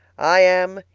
i am,